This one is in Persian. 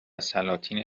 سلاطین